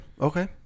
Okay